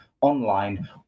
online